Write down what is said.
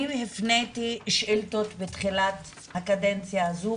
אני הפניתי שאילתות בתחילת הקדנציה הזו,